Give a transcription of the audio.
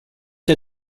der